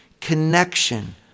connection